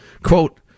Quote